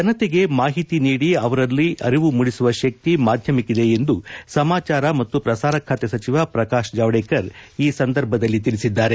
ಜನತೆಗೆ ಮಾಹಿತಿ ನೀಡಿ ಅವರಲ್ಲಿ ಅರಿವು ಮೂಡಿಸುವ ಶಕ್ತಿ ಮಾದ್ಯಮಕ್ಕದೆ ಎಂದು ಸಮಾಚಾರ ಮತ್ತು ಪ್ರಸಾರ ಖಾತೆ ಸಚಿವ ಪ್ರಕಾಶ್ ಜಾವಡೇಕರ್ ತಿಳಿಸಿದ್ದಾರೆ